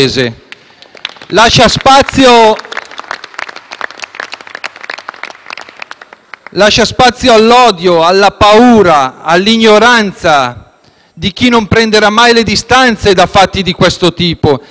Lascia spazio all'odio, alla paura, all'ignoranza di chi non prenderà mai le distanze da fatti di questo tipo, di chi si diverte a definire la Lega dispensatore di odio.